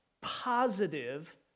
positive